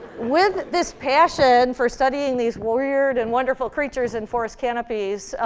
with this passion for studying these weird and wonderful creatures in forest canopies,